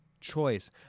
choice